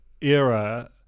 era